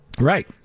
Right